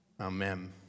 amen